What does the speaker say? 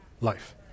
life